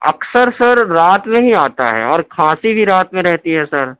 اکثر سر رات میں ہی آتا ہے اور کھانسی بھی رات میں رہتی ہے سر